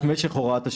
שלא יאשימו אותי.